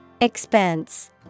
Expense